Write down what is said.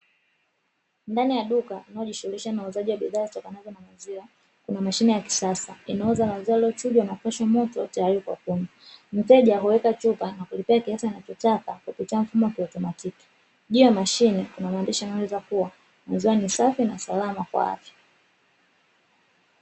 Ndani ya duka inayoshughulisha na uuzaji wa bidhaa zitokanazo na maziwa, kuna mashine ya kisasa inayouza maziwa yaliyochujwa na kupashwa moto tayari kwa kunywa. Mteja huweka chupa na kulipia kiasi anachokitaka kupitia mfumo wa kiautomatiki, juu ya mashine kuna maandishi yanayoeleza kuwa maziwa ni safi na salama kwa afya.